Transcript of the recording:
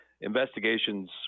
investigations